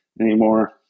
anymore